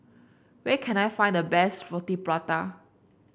where can I find the best Roti Prata